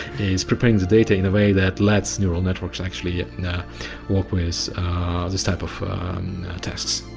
is preparing the data in a way that lets neural networks actually you know work with this type of tasks.